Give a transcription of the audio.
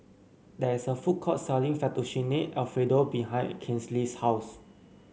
there is a food court selling Fettuccine Alfredo behind Kinley's house